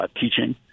teaching